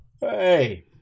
Hey